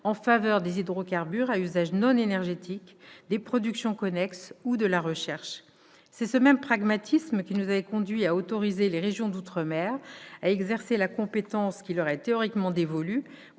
en faveur des hydrocarbures à usage non énergétique, des productions connexes ou de la recherche. C'est ce même pragmatisme qui nous avait conduits à autoriser les régions d'outre-mer à exercer la compétence qui leur est théoriquement dévolue